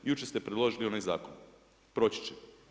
Jučer ste predložili onaj zakon, proći će.